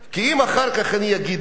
כי אם אחר כך אני אגיד את זה,